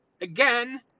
Again